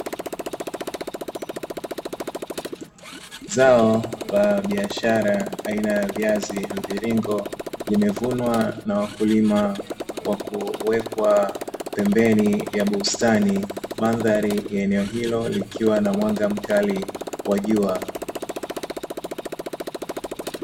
Zao la biashara aina ya viazi mviringo, limevunwa na wakulima kwa kuwekwa pembeni ya bustani, mandhari ya eneo hilo likiwa na mwanga mkali wa jua.